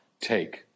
take